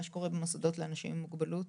שקורה במוסדות לאנשים עם מוגבלויות.